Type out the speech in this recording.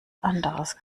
anderes